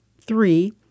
Three